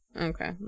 Okay